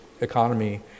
economy